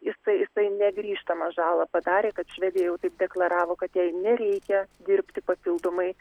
jisai jisai negrįžtamą žalą padarė kad švedija jau taip deklaravo kad jai nereikia dirbti papildomai